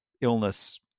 illness